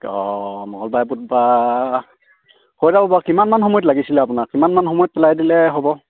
অঁ মঙ্গলবাৰে বুধবাৰে হয় যাব বাৰু কিমানমান সময়ত লাগিছিলে আপোনাক কিমানমান সময়ত পেলাই দিলে হ'ব